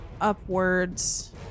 upwards